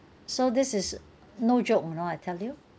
so this is no joke you know I tell you